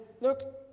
look